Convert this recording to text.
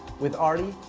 with arti,